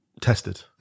tested